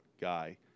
guy